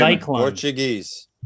Portuguese